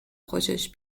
خوشش